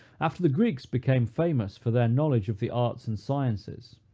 after the greeks became famous for their knowledge of the arts and sciences,